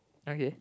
okay